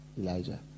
elijah